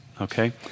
okay